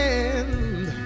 end